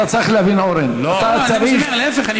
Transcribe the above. אתה צריך להבין, אורן, אתה צריך, להפך.